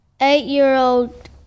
eight-year-old